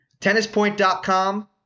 Tennispoint.com